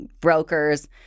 brokers